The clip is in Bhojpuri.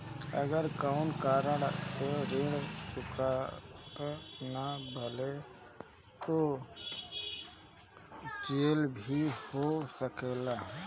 अगर कौनो कारण से ऋण चुकता न भेल तो का जेल भी हो सकेला?